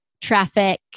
traffic